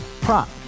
Prop